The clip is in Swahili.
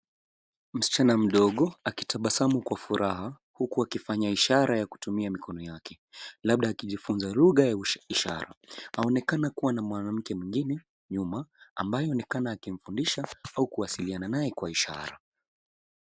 Msichana mdogo akitabasamu kwa furaha huku akifanya ishara ya kutumia mkono yake, labda akijifunza lugha ya ishara, aonekana kuwa na mwanamke mwingine nyuma, ambaye aonekana akimfundisha au kuwasiliana naye kwa ishara.